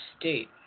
state